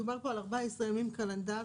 מדובר פה על 14 ימים קלנדריים.